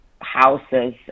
houses